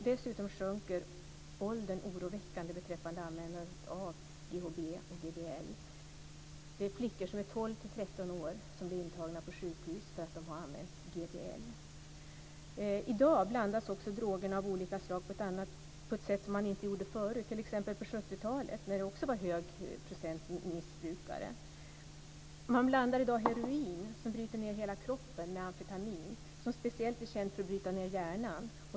Dessutom sjunker åldern för användandet av GHB och GBL oroväckande. Tolv till tretton år gamla flickor tas in på sjukhus därför att de har använt GBL. I dag blandas också droger av olika slag på ett sätt som inte skedde tidigare, t.ex. under 70-talet, då andelen missbrukare också var hög. Man blandar i dag heroin, som bryter ned hela kroppen, med amfetamin, som speciellt är känt för att bryta ned hjärnan.